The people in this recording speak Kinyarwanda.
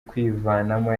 kwivanamo